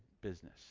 business